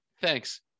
thanks